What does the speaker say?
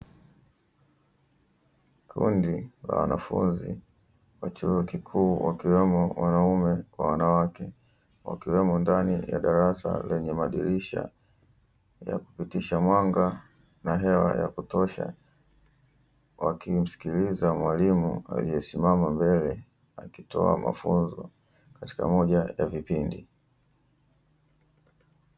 Kundi la wanafunzi wa chuo kikuu wakiwemo wanaume kwa wanawake wakiwemo ndani ya darasa lenye madirisha ya kupitisha mwanga na hewa ya kutosha wakimsikiliza mwalimu aliyesimama mbele akitoa mafunzo katika moja ya vipindi.